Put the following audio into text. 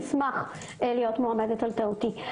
אשמח להיות מועמדת על טעותי.